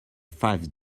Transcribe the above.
five